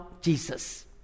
Jesus